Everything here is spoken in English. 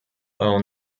own